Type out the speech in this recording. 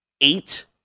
eight